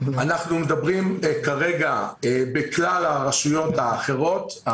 מדברים כרגע בכלל הרשויות האחרות.